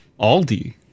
Aldi